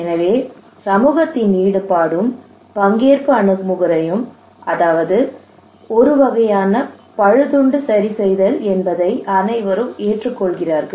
எனவே சமூகத்தின் ஈடுபாடும் பங்கேற்பு அணுகுமுறையும் அதாவது இது ஒரு வகையான பழுதுகண்டு சரிசெய்தல் என்பதை அனைவரும் ஏற்றுக்கொள்கிறார்கள்